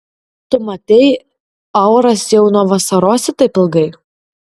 tu matei auras jau nuo vasarosi taip ilgai